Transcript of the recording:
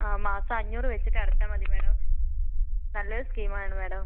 ആ മാസം അഞ്ഞൂറ് വെച്ചിട്ട് അടച്ചാൽ മതി മേഡം നല്ലൊരു സ്കീമാണ് മേഡം